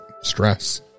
stress